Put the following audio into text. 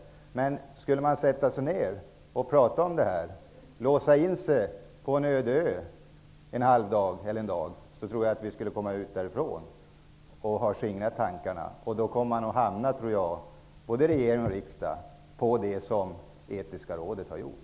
Men skulle man sätta sig ner och prata om det här, låsa in sig på en öde ö en halv eller en hel dag, tror jag att man skulle ha skingrat tankarna när man kom därifrån. Då tror jag att både regering och riksdag kommer fram till detsamma som Etiska rådet har gjort.